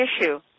issue